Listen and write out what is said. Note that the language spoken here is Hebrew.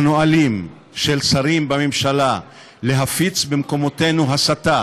הנואלים של שרים בממשלה להפיץ במקומותינו הסתה